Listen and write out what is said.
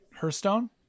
Hearthstone